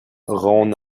rhône